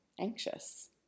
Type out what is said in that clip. anxious